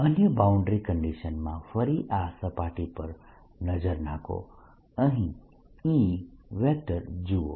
n12free અન્ય boundary કન્ડીશનમાં ફરી આ સપાટી પર નજર નાખો અહીં E જુઓ